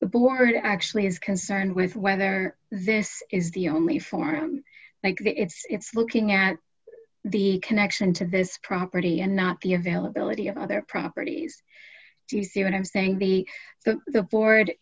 the board actually is concerned with whether this is the only form like that it's looking at the connection to this property and not the availability of other properties do you see what i'm saying be that the board